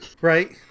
Right